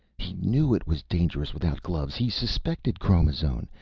he knew it was dangerous without gloves he suspected chromazone,